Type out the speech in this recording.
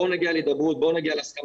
בואו נגיע להידברות, בואו נגיע להסכמה.